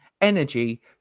energy